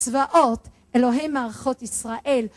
צבאות אלוהי מערכות ישראל